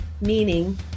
meaning